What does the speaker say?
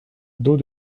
dos